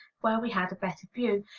where we had a better view,